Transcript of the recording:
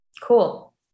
Cool